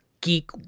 geek